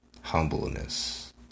humbleness